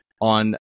on